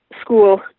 School